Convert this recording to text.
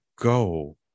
go